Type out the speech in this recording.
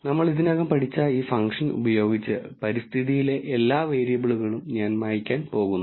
നമ്മൾ ഇതിനകം പഠിച്ച ഈ ഫംഗ്ഷൻ ഉപയോഗിച്ച് പരിസ്ഥിതിയിലെ എല്ലാ വേരിയബിളുകളും ഞാൻ മായ്ക്കാൻ പോകുന്നു